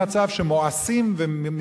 ואת מצוֹתי תשמרו ועשיתם אֹתם,